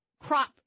crop